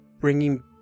bringing